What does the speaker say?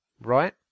Right